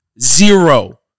Zero